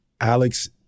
alex